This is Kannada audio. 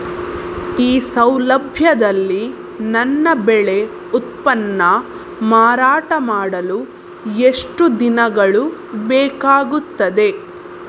ಈ ಸೌಲಭ್ಯದಲ್ಲಿ ನನ್ನ ಬೆಳೆ ಉತ್ಪನ್ನ ಮಾರಾಟ ಮಾಡಲು ಎಷ್ಟು ದಿನಗಳು ಬೇಕಾಗುತ್ತದೆ?